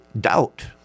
Doubt